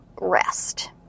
rest